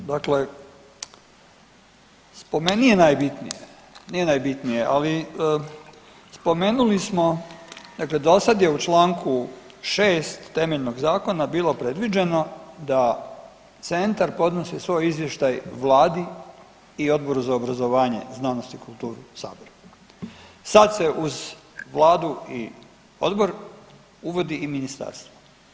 Nije najbitnije, nije najbitnije ali spomenuli smo dakle do sad je u čl. 6. temeljnog zakona bilo predviđeno da centar podnosi svoj izvještaj Vladi i Odboru za obrazovanje, znanost i kulturu u Saboru, sad se uz Vladu i odbor uvodi i ministarstvo.